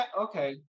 okay